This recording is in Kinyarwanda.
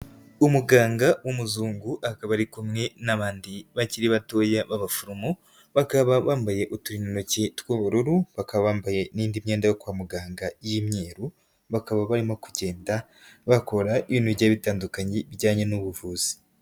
Umuganga w'umuzungu akaba ari kumwe n'abandi bakiri batoya b'abaforomo, bakaba bambaye uturindantoki tw'ubururu, bakaba bambaye n'indi myenda yo kwa muganga y'imyeru, bakaba barimo kugenda bakora ibintu bitandukanye bijyanye n'ubuvuzi.